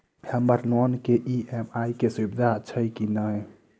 हम्मर लोन केँ ई.एम.आई केँ सुविधा छैय की नै?